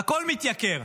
הכול מתייקר,